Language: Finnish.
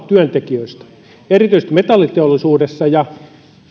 työntekijöistä erityisesti metalliteollisuudessa ja